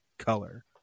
color